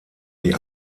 die